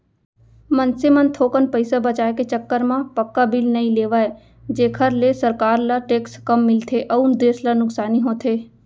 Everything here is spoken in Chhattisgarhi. मनसे मन थोकन पइसा बचाय के चक्कर म पक्का बिल नइ लेवय जेखर ले सरकार ल टेक्स कम मिलथे अउ देस ल नुकसानी होथे